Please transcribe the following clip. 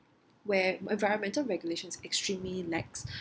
where environmental regulation extremely lacks